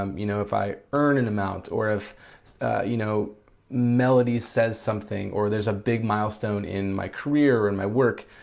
um you know if i earn an and amount or if you know melody says something, or there's a big milestone in my career and my work,